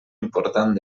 important